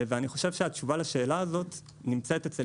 ואני חושב שהתשובה לשאלה הזאת נמצאת אצל